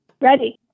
Ready